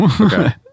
Okay